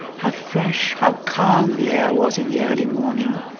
how fresh, how calm the air was in the early morning,